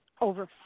over